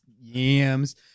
yams